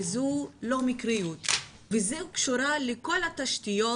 וזו לא מקריות וזה קשור לכל התשתיות,